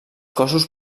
cossos